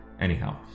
Anyhow